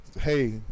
hey